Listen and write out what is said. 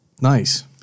nice